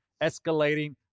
escalating